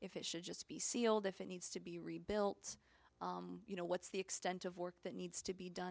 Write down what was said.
if it should just be sealed if it needs to be rebuilt you know what's the extent of work that needs to be done